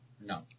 No